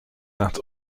that